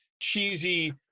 cheesy